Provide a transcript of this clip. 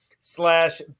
slash